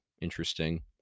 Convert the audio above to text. interesting